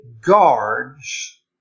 guards